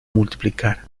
multiplicar